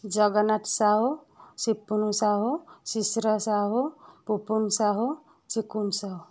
Jagannath Sahu Sipunu Sahu Shishir Sahu Pupun Sahu Sikum Sahu